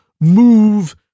move